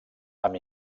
amb